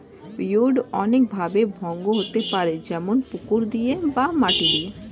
weed অনেক ভাবে ভঙ্গ হতে পারে যেমন পুকুর দিয়ে বা মাটি দিয়ে